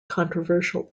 controversial